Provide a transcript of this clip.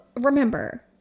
remember